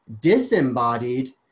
disembodied